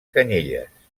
canyelles